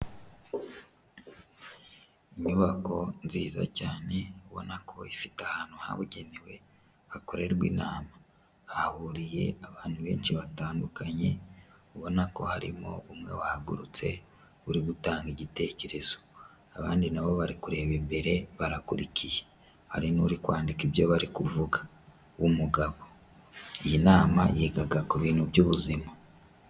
Inyubako nziza cyane ubona ko ifite ahantu habugenewe hakorerwa inama, hahuriye abantu benshi batandukanye, ubona ko harimo umwe wahagurutse uri gutanga igitekerezo, abandi nabo bari kureba imbere barakurikiye, harimo n'uri kwandika ibyo bari kuvuga w'umugabo, iyi nama yigaga ku bintu by'ubuzima.